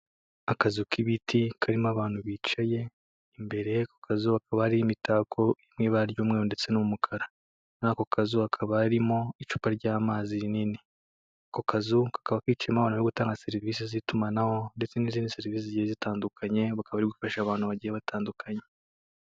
Akazu k'ibiti karimo abantu bicaye, imbere ku kazu hakaba hariho imitako iri mu ibara ry'umweru ndetse n'umukara, muri ako kazu hakaba harimo icupa ry'amazi rinini, ako kazu kakaba kicayemo abantu bari gutanga serivisi z'itumanaho ndetse n'izindi serivisi zigiye zitandukanye bakaba bari gufasha abantu bagiye batandukanye.